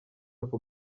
ako